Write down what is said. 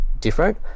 different